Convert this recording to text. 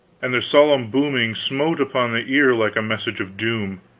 and their solemn booming smote upon the ear like a message of doom.